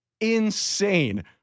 insane